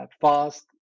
fast